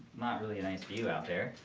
not really a nice view out there.